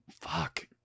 fuck